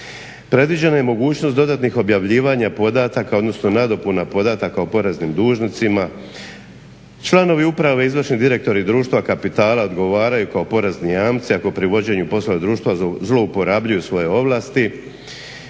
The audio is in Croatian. Predviđena je mogućnost dodatnih objavljivanja podataka, odnosno nadopuna podataka o poreznim dužnicima. Članovi uprave, izvršni direktori društva kapitala odgovaraju kao porezni jamci ako pri vođenju poslova društva zlouporabljuju svoje ovlasti